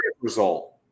result